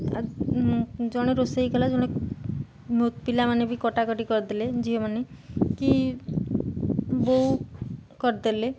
ଆ ଜଣେ ରୋଷେଇ କଲା ଜଣେ ପିଲାମାନେ ବି କଟାକଟି କରିଦେଲେ ଝିଅମାନେ କି ବୋଉ କରିଦେଲେ